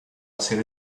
hacer